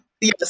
Yes